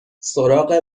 سراغ